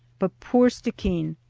but poor stickeen,